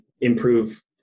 improve